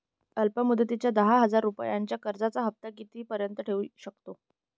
अल्प मुदतीच्या दहा हजार रुपयांच्या कर्जाचा हफ्ता किती पर्यंत येवू शकतो?